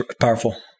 powerful